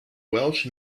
welsh